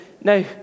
no